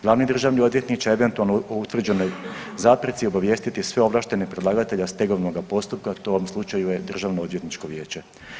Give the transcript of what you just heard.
Glavni državni odvjetnik će eventualno o utvrđenoj zapreci obavijestiti sve ovlaštene predlagatelje stegovnoga postupka, to u ovom slučaju je Državno odvjetničko vijeće.